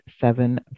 seven